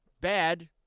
bad